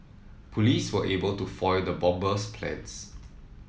police were able to foil the bomber's plans